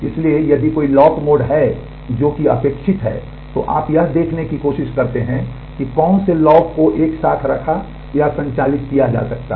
इसलिए यदि कई लॉक मोड हैं जो कि अपेक्षित है तो आप यह देखने की कोशिश करते हैं कि कौन से लॉक को एक साथ रखा या संचालित किया जा सकता है